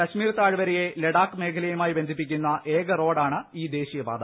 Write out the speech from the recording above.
കശ്മീർ താഴ്വരയെ ലഡാക് മേഖലയുമായി ബന്ധിപ്പിക്കുന്ന ഏക റോഡാണ് ഈ ദേശീയപാത